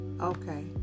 Okay